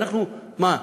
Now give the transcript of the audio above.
אנחנו מה?